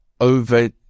over